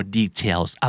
details